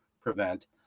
prevent